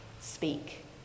speak